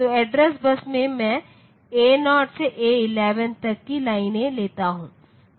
तो address bus से मैं A0 से A11 तक की लाइनें लेता हूं